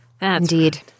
Indeed